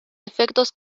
efectos